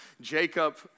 Jacob